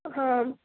ہاں